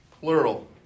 plural